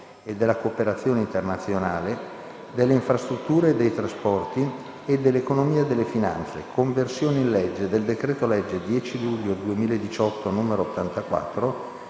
e della cooperazione internazionale; delle infrastrutture e dei trasporti; e dell'economia e delle finanze* «Conversione in legge del decreto-legge 10 luglio 2018, n. 84,